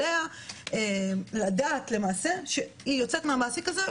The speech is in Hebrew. עליה לדעת למעשה שהיא יודעת מהמעסיק הזה,